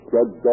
Judge